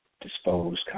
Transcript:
disposed